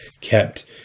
kept